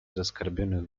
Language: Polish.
zaskarbionych